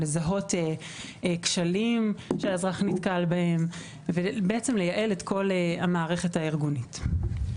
לזהות כשלים שהאזרח נתקל בהם ובעצם לייעל את כל המערכת הארגונית.